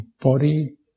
body